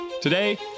Today